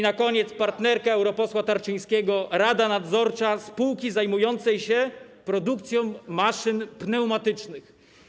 Na koniec partnerka europosła Tarczyńskiego - rada nadzorcza spółki zajmującej się produkcją maszyn pneumatycznych.